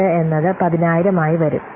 8 എന്നത് 10000 ആയി വരും